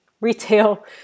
retail